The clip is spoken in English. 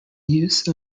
use